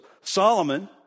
Solomon